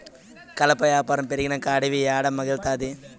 కలప యాపారం పెరిగినంక అడివి ఏడ మిగల్తాది